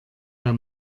der